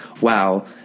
wow